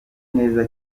neza